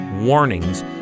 warnings